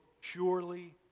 surely